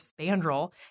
spandrel